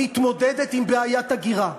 מתמודדת עם בעיית הגירה.